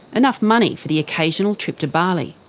enough money for the occasional trip to bali.